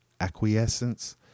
Acquiescence